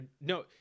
no